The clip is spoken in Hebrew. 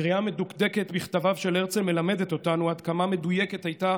קריאה מדוקדקת בכתביו של הרצל מלמדת אותנו עד כמה מדויקת הייתה